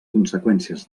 conseqüències